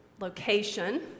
location